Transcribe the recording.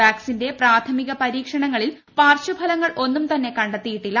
വാക്സിന്റെ പ്രാഥമിക പരീക്ഷണങ്ങളിൽ പാർശ്വ ഫലങ്ങൾ ഒന്നും തന്നെ കണ്ടെത്തിയിട്ടില്ല